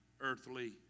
earthly